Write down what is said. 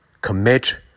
Commit